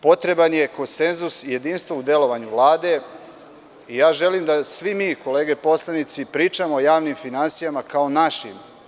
Potreban je konsenzus i jedinstvo u delovanju Vlade. ` Želim da svi mi, kolege poslanici, pričamo o javnim finansijama kao o našim.